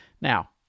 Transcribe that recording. Now